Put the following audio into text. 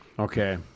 Okay